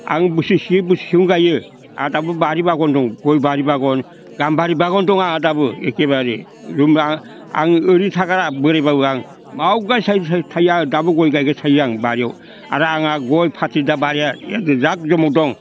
आं बोसोरसे बोसोरसेयावनो गायो आर दाबो बारि बागान दं गय बारि बागान गामबारि बारि बागान दं आंहा दाबो एखेबारे आं ओरैनो थागारा बोराइब्लाबो आं मावबाय थायो दाबो गय गायबाय थायो आं बारियाव आरो आंहा गय फाथै बारियाव जा दं